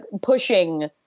pushing